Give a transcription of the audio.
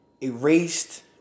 erased